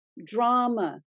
drama